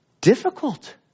difficult